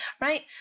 right